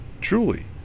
truly